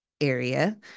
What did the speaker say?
area